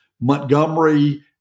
Montgomery